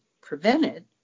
prevented